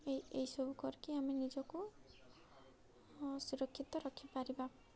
ଏ ଏସବୁ କରିକି ଆମେ ନିଜକୁ ସୁରକ୍ଷିତ ରଖିପାରିବା